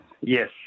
yes